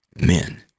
men